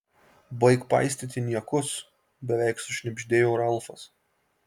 baik paistyti niekus beveik sušnibždėjo ralfas